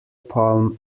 palm